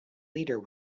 leader